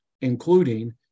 including